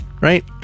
right